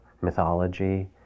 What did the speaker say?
mythology